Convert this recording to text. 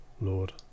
Lord